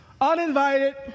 Uninvited